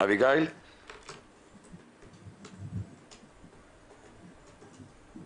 אני מבקרת הפנים ונציבת תלונות הציבור של רשות המסים.